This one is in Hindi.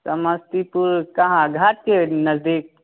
समस्तीपुर कहाँ घर के नज़दीक